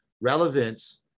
Relevance